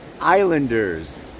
islanders